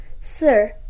Sir